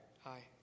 hi